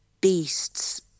beasts